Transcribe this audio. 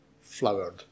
flowered